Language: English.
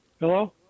Hello